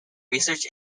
research